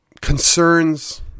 concerns